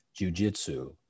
jujitsu